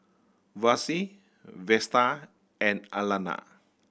Versie Vester and Alayna